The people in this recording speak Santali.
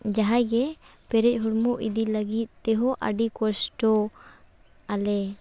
ᱡᱟᱦᱟᱸᱭ ᱜᱮ ᱯᱮᱨᱮᱡ ᱦᱚᱲᱢᱚ ᱤᱫᱤ ᱞᱟᱹᱜᱤᱫ ᱛᱮᱦᱚᱸ ᱟᱹᱰᱤ ᱠᱚᱥᱴᱚᱜ ᱟᱞᱮ